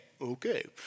okay